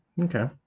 Okay